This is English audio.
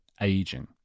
aging